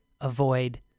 avoid